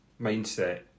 mindset